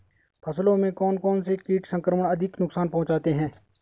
फसलों में कौन कौन से कीट संक्रमण अधिक नुकसान पहुंचाते हैं?